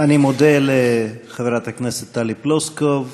אני מודה לחברת הכנסת טלי פלוסקוב.